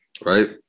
right